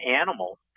animals